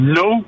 no